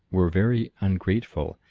were very ungrateful,